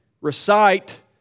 recite